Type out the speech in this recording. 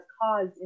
cause